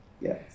Yes